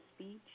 speech